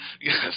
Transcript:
Yes